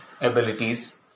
abilities